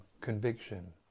conviction